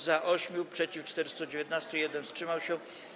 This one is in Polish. Za - 8, przeciw - 419, 1 wstrzymał się.